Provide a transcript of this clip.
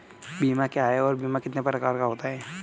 बीमा क्या है और बीमा कितने प्रकार का होता है?